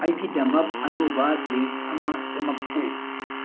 ꯑꯩꯒꯤꯗꯃꯛ ꯑꯅꯧꯕ ꯂꯤꯁꯠ ꯑꯃ ꯁꯦꯝꯂꯛꯎ